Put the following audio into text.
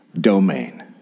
domain